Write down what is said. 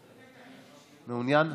מעוניין?